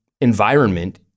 environment